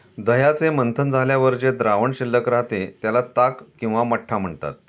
दह्याचे मंथन झाल्यावर जे द्रावण शिल्लक राहते, त्याला ताक किंवा मठ्ठा म्हणतात